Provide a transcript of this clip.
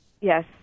Yes